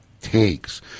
takes